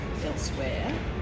elsewhere